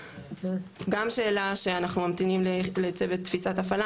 גם שאלה שאנחנו ממתינים לצוות תפיסת הפעלה,